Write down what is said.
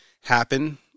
happen